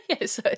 Yes